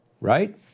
Right